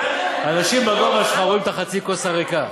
אנשים בגובה שלך רואים את חצי הכוס הריקה,